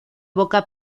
boca